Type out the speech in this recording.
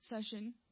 session